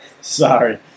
Sorry